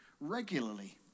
regularly